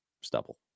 stubble